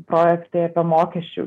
projektai apie mokesčių